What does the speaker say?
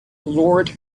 lord